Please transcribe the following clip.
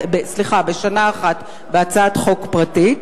בשנה אחת בהצעת חוק פרטית.